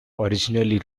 originally